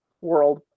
world